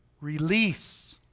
Release